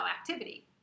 activity